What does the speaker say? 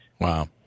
Wow